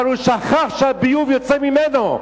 אבל הוא שכח שהביוב יוצא ממנו,